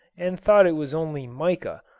and thought it was only mica,